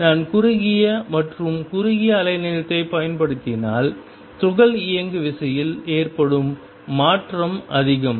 நான் குறுகிய மற்றும் குறுகிய அலைநீளத்தைப் பயன்படுத்தினால் துகள் இயங்குவிசையில் ஏற்படும் மாற்றம் அதிகம்